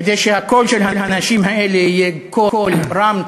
כדי שהקול של הנשים האלה יהיה קול רם,